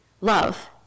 Love